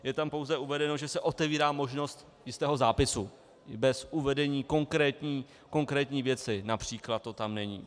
Je tam pouze uvedeno, že se otevírá možnost jistého zápisu bez uvedení konkrétní věci, například to tam není.